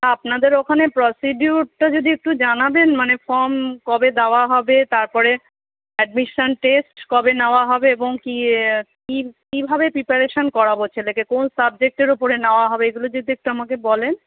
আপনাদের ওখানে প্রসিডিউরটা যদি একটু জানাবেন মানে ফর্ম কবে দাওয়া হবে তারপরে অ্যাডমিশান টেস্ট কবে নেওয়া হবে এবং কী কী কীভাবে প্রিপারেশান করাবো ছেলেকে কোন সাবজেক্টের ওপরে নাওয়া হবে এগুলো যদি একটু আমাকে বলেন